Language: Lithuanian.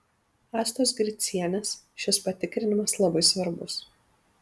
astos gricienės šis patikrinimas labai svarbus